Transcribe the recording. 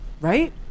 right